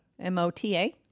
m-o-t-a